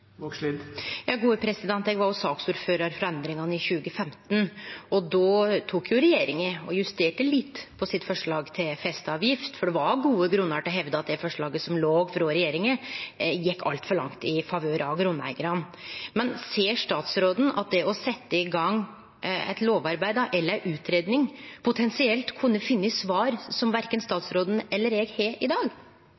Eg var saksordførar for endringane i 2015. Då justerte jo regjeringa litt på forslaget sitt til festeavgift, for det var gode grunnar til å hevde at det forslaget som låg føre frå regjeringa, gjekk altfor langt i favør av grunneigarane. Ser statsråden at ein ved å setje i gang eit lovarbeid eller ei utgreiing potensielt kunne finne svar som verken